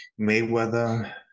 Mayweather